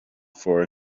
for